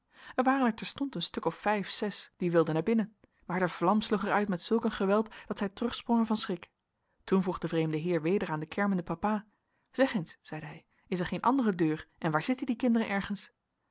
er waren er terstond een stuk vijf zes die wilden naar binnen maar de vlam sloeg er uit met zulk een geweld dat zij terugsprongen van schrik toen vroeg de vreemde heer weder aan den kermenden papa zeg eens zeide hij is er geene andere deur en waar zitten die kinderen ergens